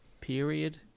period